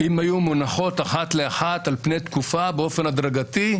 אם היו מונחות אחת לאחת על פני תקופה באופן הדרגתי,